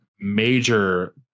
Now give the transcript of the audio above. major